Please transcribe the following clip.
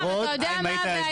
אברהם, אתה יודע מהי הבעיה?